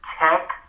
Tech